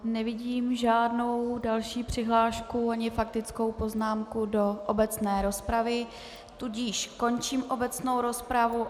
Nevidím žádnou další přihlášku ani faktickou poznámku do obecné rozpravy, tudíž končím obecnou rozpravu.